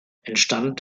entstand